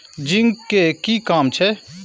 Zinc के कि काम छै?